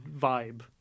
vibe